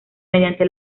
mediante